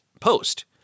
post